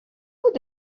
vous